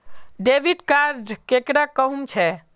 Debit card केकरा कहुम छे?